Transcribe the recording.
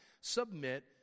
submit